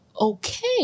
okay